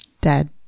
dead